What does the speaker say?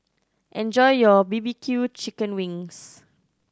enjoy your B B Q chicken wings